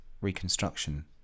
reconstruction